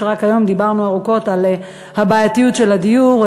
ורק היום דיברנו ארוכות על הבעייתיות של הדיור,